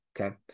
okay